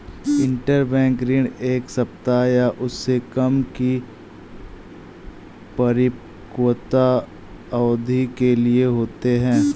interbank ऋण एक सप्ताह या उससे कम की परिपक्वता अवधि के लिए होते हैं